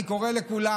אני קורא לכולם,